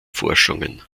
forschungen